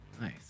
Nice